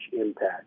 impact